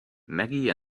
maggie